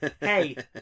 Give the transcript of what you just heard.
hey